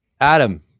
Adam